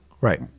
right